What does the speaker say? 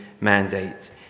mandate